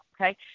okay